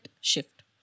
shift